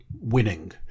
winning